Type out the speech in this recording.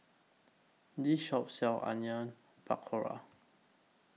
This Shop sells Onion Pakora